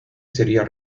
sería